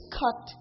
cut